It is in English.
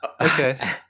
okay